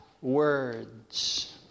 words